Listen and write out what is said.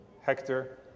Hector